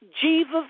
Jesus